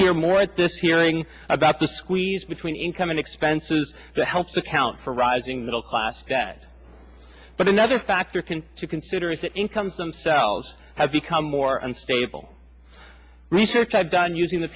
hear more at this hearing about the squeeze between income and expenses to helps account for rising middle class that but another factor can to consider is that incomes themselves have become more unstable research i've done using the